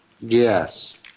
Yes